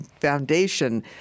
foundation